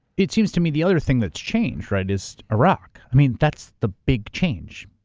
it seems to me the other thing that's changed, right, is iraq. i mean, that's the big change,